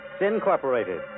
Incorporated